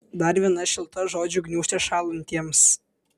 dar viena šilta žodžių gniūžtė šąlantiems